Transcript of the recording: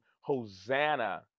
Hosanna